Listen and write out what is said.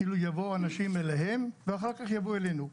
כאילו יבואו אנשים אליהם ואחר כך יבואו אלינו,